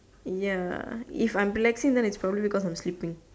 ya if I'm relaxing then it's probably cause I'm sleeping